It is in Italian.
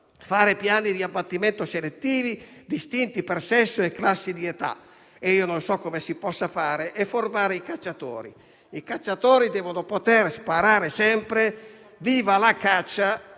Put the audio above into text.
fare piani di abbattimento selettivi, distinti per sesso e classe di età (non so come si possa fare) e formare i cacciatori; questi, però, cacciatori devono poter sparare sempre: viva la caccia!